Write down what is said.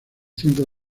cientos